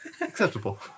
Acceptable